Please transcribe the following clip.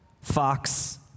Fox